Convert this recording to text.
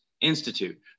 Institute